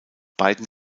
beiden